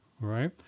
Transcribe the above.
right